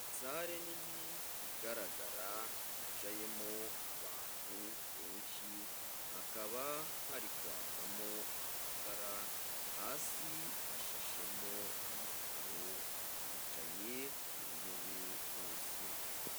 Sale nini igaragara, yicayemo abantu benshi, hakaba hari kwakamo amatara, hasi hashashemo amakaro, bicaye ku ntebe bose.